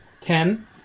Ten